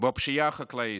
בפשיעה החקלאית,